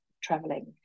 traveling